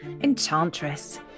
Enchantress